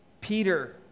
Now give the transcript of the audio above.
Peter